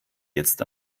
jetzt